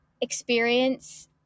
experience